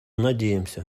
надеемся